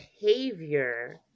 behavior